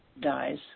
dies